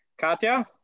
katya